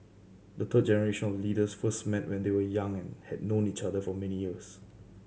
the third generation of leaders first met when they were young and had known each other for many years